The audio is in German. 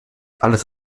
alles